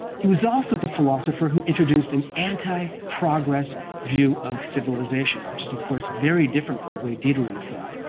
he was also the philosopher who introduced an anti-progress view of civilization, which is of course, very different from the way diderot thought.